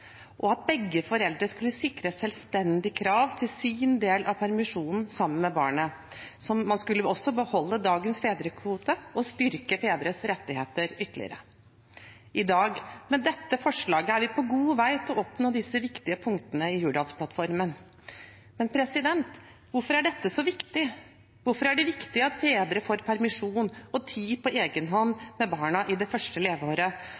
og at begge foreldre skulle sikres selvstendig krav på sin del av permisjonen sammen med barnet. Man skulle også beholde dagens fedrekvote og styrke fedres rettigheter ytterligere. I dag, med dette forslaget, er vi på god vei til å oppnå disse viktige punktene i Hurdalsplattformen. Men hvorfor er dette så viktig? Hvorfor er det viktig at fedre får permisjon og tid på egen hånd med barna i det første leveåret?